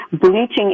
Bleaching